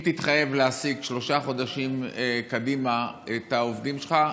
אם תתחייב להעסיק שלושה חודשים קדימה את העובדים שלך,